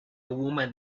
woman